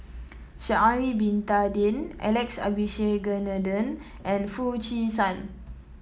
Sha'ari Bin Tadin Alex Abisheganaden and Foo Chee San